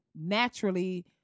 naturally